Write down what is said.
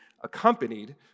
accompanied